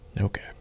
Okay